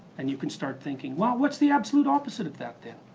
and you can start thinking, well what's the absolute opposite of that thing?